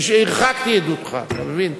הרחקתי עדותך, אתה מבין?